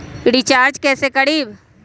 Recharge कैसे करीब?